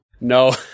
No